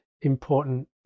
important